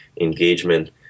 engagement